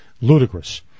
ludicrous